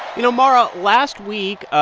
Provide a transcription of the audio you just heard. you know, mara, last week,